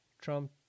Trump